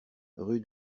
rue